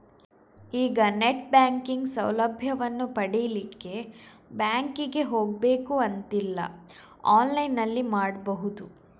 ಈಗ net banking ಸೌಲಭ್ಯವನ್ನು ಪಡೀಲಿಕ್ಕೆ ಬ್ಯಾಂಕಿಗೆ ಹೋಗ್ಬೇಕು ಅಂತಿಲ್ಲ ಆನ್ಲೈನಿನಲ್ಲಿ ಮಾಡ್ಬಹುದು